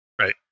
right